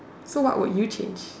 so what would you change